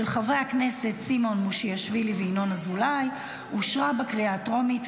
לוועדת החינוך,